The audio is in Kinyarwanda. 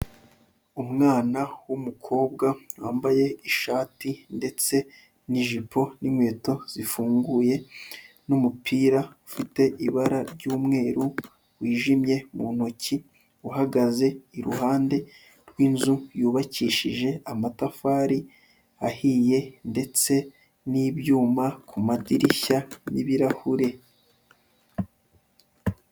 Umwana w'umukobwa wambaye ishati ndetse n'ijipo n'inkweto zifunguye n'umupira ufite ibara ry'umweru wijimye mu ntoki, uhagaze iruhande rw'inzu yubakishije amatafari ahiye ndetse n'ibyuma ku madirishya n'ibirahure.